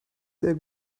sehr